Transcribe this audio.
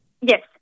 Yes